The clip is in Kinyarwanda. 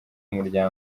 umuryango